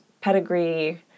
pedigree